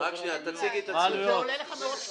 זה עולה לך מאות שקלים.